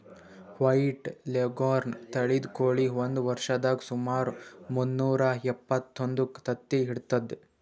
white Leghorn ತಳಿದ್ ಕೋಳಿ ಒಂದ್ ವರ್ಷದಾಗ್ ಸುಮಾರ್ ಮುನ್ನೂರಾ ಎಪ್ಪತ್ತೊಂದು ತತ್ತಿ ಇಡ್ತದ್